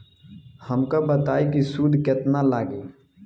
हमका बताई कि सूद केतना लागी?